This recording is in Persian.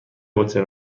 هتل